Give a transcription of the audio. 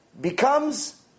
becomes